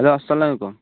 hello اَسَلامُ عَلیکُم